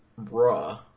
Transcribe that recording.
bruh